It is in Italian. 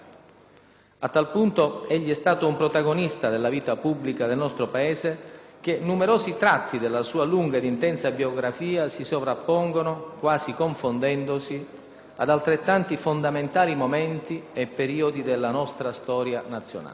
A tal punto egli è stato un protagonista della vita pubblica del nostro Paese, che numerosi tratti della sua lunga ed intensa biografia si sovrappongono, quasi confondendosi, ad altrettanti fondamentali momenti e periodi della nostra storia nazionale.